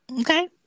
okay